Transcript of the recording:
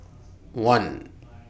one